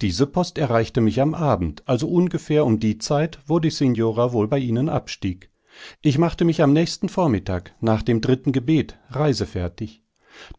diese post erreichte mich am abend also uhngefähr um die zeit wo die signora wohl bei ihnen abstieg ich machte mich am nächsten vormittag nach dem dritten gebet reisefertig